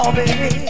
baby